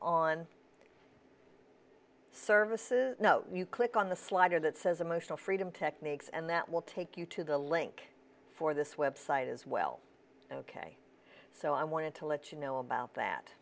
on services you click on the slider that says emotional freedom techniques and that will take you to the link for this website as well ok so i wanted to let you know about that